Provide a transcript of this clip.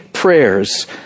Prayers